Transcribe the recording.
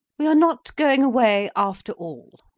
we are not going away, after all.